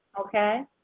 Okay